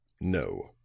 no